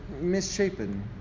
misshapen